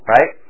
Right